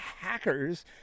hackers